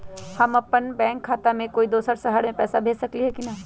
हम अपन बैंक खाता से कोई दोसर शहर में पैसा भेज सकली ह की न?